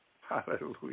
Hallelujah